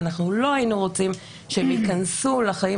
ואנחנו לא היינו רוצים שהם ייכנסו לחיים